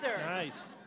Nice